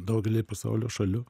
daugelyje pasaulio šalių